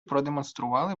продемонстрували